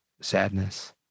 sadness